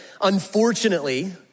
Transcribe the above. Unfortunately